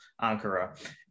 Ankara